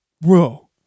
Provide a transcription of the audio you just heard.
Bro